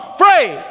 free